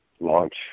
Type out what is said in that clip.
launch